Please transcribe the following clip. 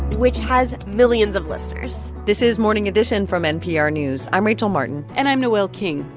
which has millions of listeners this is morning edition from npr news. i'm rachel martin and i'm noel king.